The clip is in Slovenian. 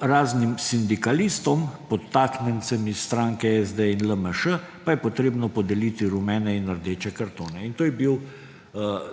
raznim sindikalistom, podtaknjencem iz stranke SD in LMŠ, pa je potrebno podeliti rumene in rdeče kartone«. To je bil